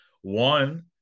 One